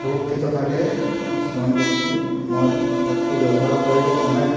সুৰক্ষিত থাকে কিছুমান বস্তু মই এপটো ব্যৱহাৰ কৰি অনেক